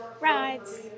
Rides